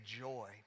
Joy